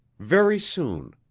very soon!